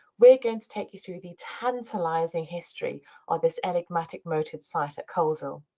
we're going to take you through the tantalizing history or this enigmatic moated site at coleshill.